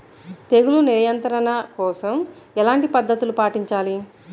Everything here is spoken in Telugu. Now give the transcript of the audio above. తెగులు నియంత్రణ కోసం ఎలాంటి పద్ధతులు పాటించాలి?